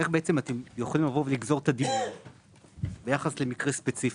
אתם יכולים לבוא ולגזור ביחס למקרה ספציפי?